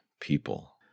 people